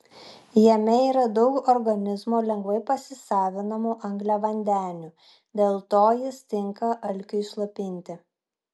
jame yra daug organizmo lengvai pasisavinamų angliavandenių dėl to jis tinka alkiui slopinti